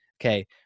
okay